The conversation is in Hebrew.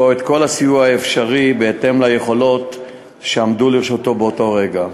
את כל הסיוע האפשרי בהתאם ליכולות שעמדו לרשותו באותו רגע.